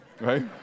right